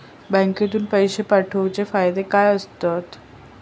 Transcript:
बँकेतून पैशे पाठवूचे फायदे काय असतत?